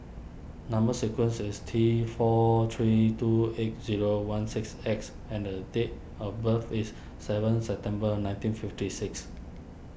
Number Sequence is T four three two eight zero one six X and a date of birth is seven September nineteen fifty six